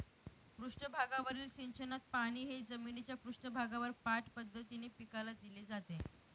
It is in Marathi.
पृष्ठभागावरील सिंचनात पाणी हे जमिनीच्या पृष्ठभागावर पाठ पद्धतीने पिकाला दिले जाते